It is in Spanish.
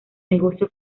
negocio